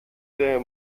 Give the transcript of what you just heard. der